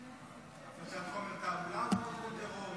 הפקת חומר תעמולה בעבור ארגון טרור,